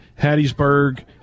Hattiesburg